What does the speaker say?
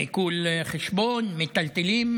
עיקול חשבון או מיטלטלין,